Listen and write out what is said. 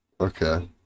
Okay